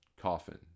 Coffin